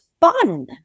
fun